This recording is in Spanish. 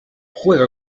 juega